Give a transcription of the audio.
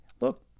look